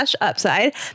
upside